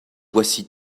voici